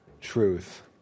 truth